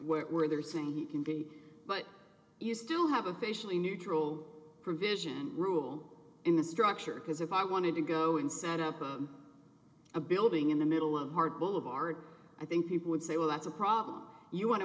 were they saying he can be but you still have officially neutral provision rule in the structure because if i wanted to go and set up a building in the middle of our boulevard i think people would say well that's a problem you want to